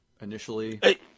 initially